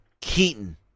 Keaton